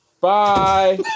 Bye